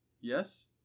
Yes